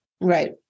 Right